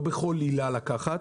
לא בכל עילה לקחת.